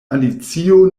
alicio